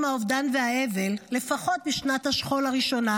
האובדן והאבל לפחות בשנת השכול הראשונה,